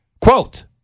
Quote